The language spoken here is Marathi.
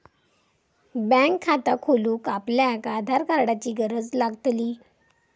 बॅन्क खाता खोलूक आपल्याक आधार कार्डाची गरज लागतली